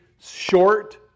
Short